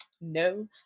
no